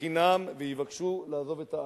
בחינם, ויבקשו לעזוב את הארץ,